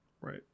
Right